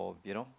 you know